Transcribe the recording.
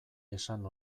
esan